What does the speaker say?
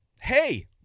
hey